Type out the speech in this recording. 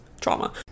trauma